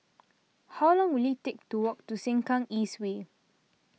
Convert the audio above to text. how long will it take to walk to Sengkang East Way